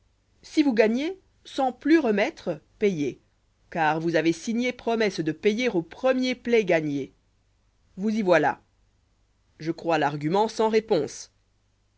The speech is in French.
si vous gagnez sans plus remettre payez car vous avez signé promesse de payer au premier plaid gagné vous y voilà je crois l'argument sans réponsa